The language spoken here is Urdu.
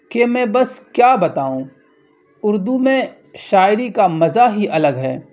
کہ میں بس کیا بتاؤں اردو میں شاعری کا مزہ ہی الگ ہے